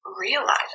realize